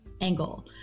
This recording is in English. angle